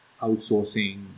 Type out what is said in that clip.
outsourcing